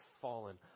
fallen